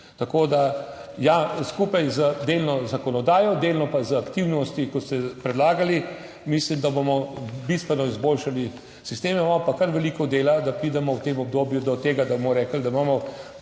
Tako da, ja, skupaj z delno zakonodajo, delno pa z aktivnostmi, kot ste predlagali, mislim da bomo bistveno izboljšali sistem. Imamo pa kar veliko dela, da pridemo v tem obdobju do tega, da bomo rekli, da imamo